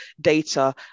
data